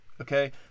okay